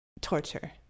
torture